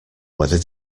whether